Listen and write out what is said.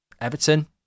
Everton